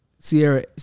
Sierra